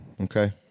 Okay